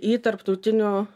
į tarptautinių